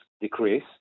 decrease